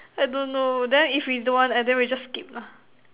I don't know then if we don't want and then we just skip lah